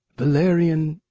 valerian.